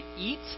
eat